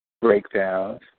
breakdowns